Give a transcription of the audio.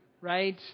right